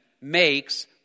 makes